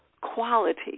quality